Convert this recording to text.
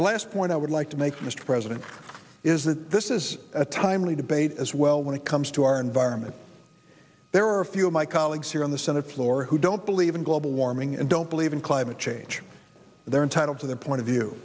point i would like to make mr president is that this is a timely debate as well when it comes to our environment there are a few of my colleagues here on the senate floor who don't believe in global warming and don't believe in climate change they're entitled to their point of view